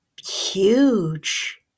huge